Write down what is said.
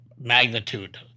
magnitude